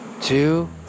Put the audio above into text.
two